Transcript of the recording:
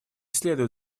следует